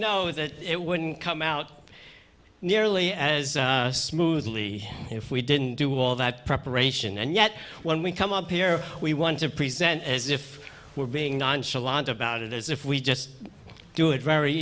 know that it wouldn't come out nearly as smoothly if we didn't do all that preparation and yet when we come up here we want to present it as if we're being nonchalant about it as if we just do it very